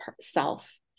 self